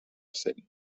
cent